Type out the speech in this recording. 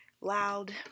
loud